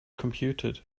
computed